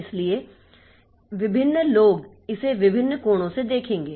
इसलिए विभिन्न लोग इसे विभिन्न कोणों से देखेंगे